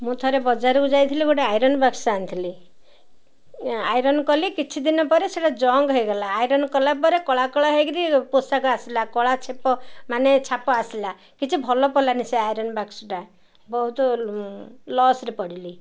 ମୁଁ ଥରେ ବଜାରକୁ ଯାଇଥିଲି ଗୋଟେ ଆଇରନ୍ ବାକ୍ସ ଆଣିଥିଲି ଆଇରନ୍ କଲି କିଛି ଦିନ ପରେ ସେଇଟା ଜଙ୍କ୍ ହୋଇଗଲା ଆଇରନ୍ କଲାପରେ କଳା କଳା ହେଇକିରି ପୋଷାକ ଆସିଲା କଳା ଛେପ ମାନେ ଛାପ ଆସିଲା କିଛି ଭଲ ପଡ଼ିଲାନି ସେ ଆଇରନ୍ ବାକ୍ସଟା ବହୁତ ଲସ୍ରେ ପଡ଼ିଲି